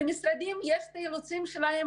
למשרדים יש את האילוצים שלהם,